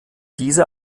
diese